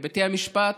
לבתי המשפט,